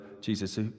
Jesus